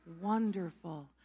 wonderful